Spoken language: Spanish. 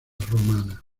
romana